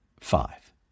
five